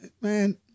Man